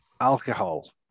alcohol